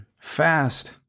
Fast